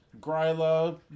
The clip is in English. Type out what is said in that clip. Gryla